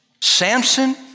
Samson